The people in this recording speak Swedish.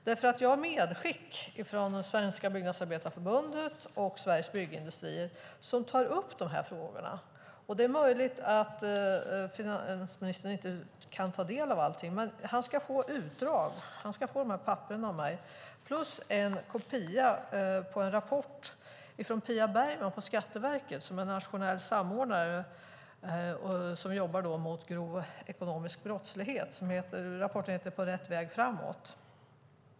Jag har med mig ett medskick från Svenska Byggnadsarbetareförbundet och Sveriges Byggindustrier som tar upp dessa frågor. Det är möjligt att finansministern inte kan ta del av allt, men han ska få dessa papper av mig och en kopia på en rapport från Pia Bergman på Skatteverket, nationell samordnare, som jobbar med frågor om grov ekonomisk brottslighet, På rätt väg framåt .